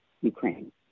Ukraine